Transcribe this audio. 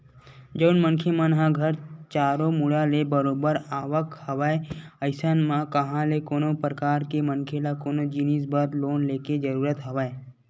जउन मनखे मन घर चारो मुड़ा ले बरोबर आवक हवय अइसन म कहाँ ले कोनो परकार के मनखे ल कोनो जिनिस बर लोन लेके जरुरत हवय